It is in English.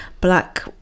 black